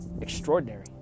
extraordinary